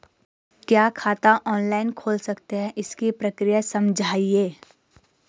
क्या खाता ऑनलाइन खोल सकते हैं इसकी प्रक्रिया समझाइए?